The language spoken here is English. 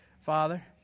Father